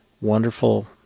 wonderful